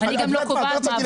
הוועדה יכולה